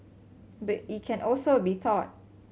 but it can also be taught